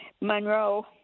Monroe